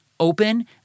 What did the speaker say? open